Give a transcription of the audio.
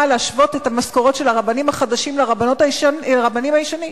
להשוות את המשכורות של הרבנים החדשים למשכורות הרבנים הישנים,